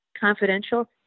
confidential